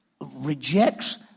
rejects